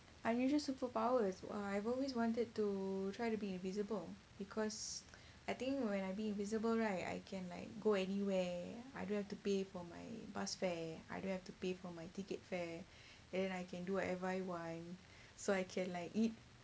unusual superpowers !wah! I've always wanted to try to be invisible because I think when I be invisible right I can like go anywhere I don't have to pay for my bus fare I don't have to pay for my ticket fare then I can do whatever I want so I can like eat